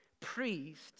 priest